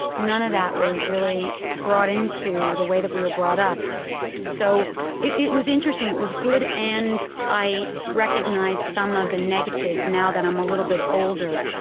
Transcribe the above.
none of that was really brought into the way that we were brought up so it was interesting, it was good and i recognize some of the negatives now that i'm a little bit older.